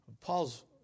Paul's